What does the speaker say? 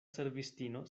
servistino